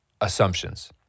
assumptions